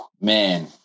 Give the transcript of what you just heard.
Man